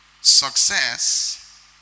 success